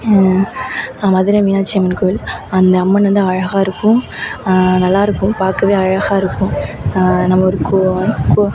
மதுரை மீனாட்சி அம்மன் கோவில் அந்த அம்மன் வந்து அழகாக இருக்கும் நல்லாயிருக்கும் பார்க்கவே அழகாக இருக்கும் நம்ம ஒரு கோ கோ